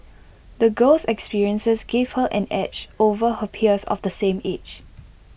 the girl's experiences gave her an edge over her peers of the same age